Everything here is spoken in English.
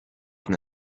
from